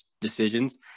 decisions